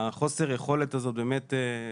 חוסר היכולת הזאת באמת,